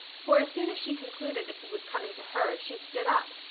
for as soon as she concluded that he was coming to her she stood up,